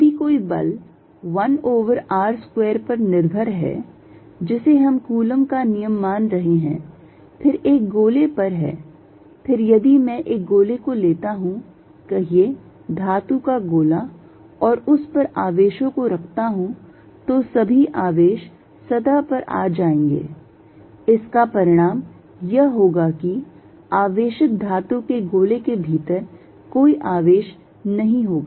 यदि कोई बल 1 over r square पर निर्भर है जिसे हम कूलॉम का नियम मान रहे हैं फिर एक गोले पर है फिर यदि मैं एक गोले को लेता हूं कहिए धातु का गोला और उस पर आवेशों को रखता हूं तो सभी आवेश सतह पर आ जाएंगे इसका परिणाम यह होगा कि आवेशित धातु के गोले के भीतर कोई आवेश नहीं होगा